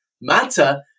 matter